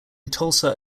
tulsa